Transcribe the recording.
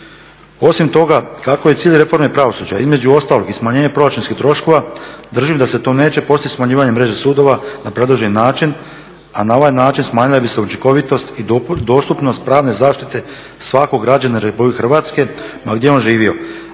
Osim toga kako je cilj reforme pravosuđa između ostalog i smanjenje proračunskih troškova držim da se to neće postići smanjivanjem mreže sudova na predloženi način, a na ovaj način smanjile bi se učinkovitost i dostupnost pravne zaštite svakog građanina RH ma gdje on živio,